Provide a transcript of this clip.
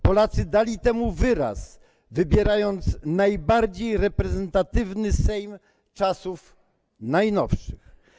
Polacy dali temu wyraz, wybierając najbardziej reprezentatywny sejm czasów najnowszych.